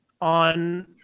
on